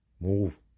move